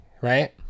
Right